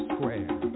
Square